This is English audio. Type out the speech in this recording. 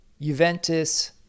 Juventus